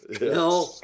No